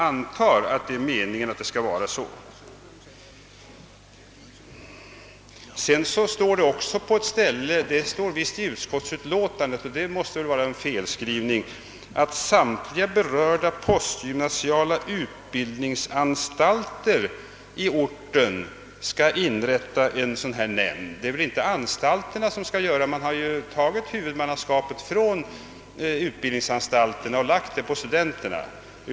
Vidare måste det väl vara en felskrivning i utskottsutlåtandet — när det heter att samtliga berörda postgymnasiala utbildningsanstalter i orten skall inrätta en sådan nämnd. Man har ju tagit huvudmannaskapet från utbildningsanstalterna och lagt det på studenterna.